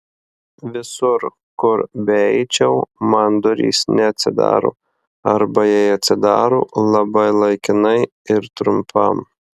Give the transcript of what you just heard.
visur kur beeičiau man durys neatsidaro arba jei atsidaro labai laikinai ir trumpam